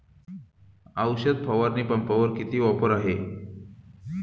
औषध फवारणी पंपावर किती ऑफर आहे?